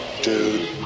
dude